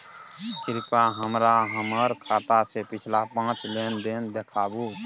कृपया हमरा हमर खाता से पिछला पांच लेन देन देखाबु